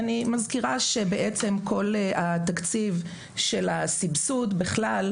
אני מזכירה שבעצם כל התקציב של הסבסוד בכלל,